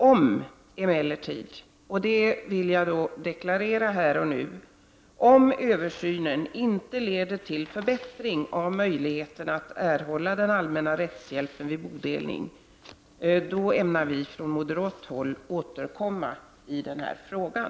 Om översynen emellertid — det vill jag deklarera här och nu — inte leder till förbättring av möjligheterna att erhålla allmän rättshjälp vid bodelning ämnar vi från moderat håll återkomma i den här frågan.